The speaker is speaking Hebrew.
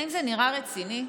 האם זה נראה רציני?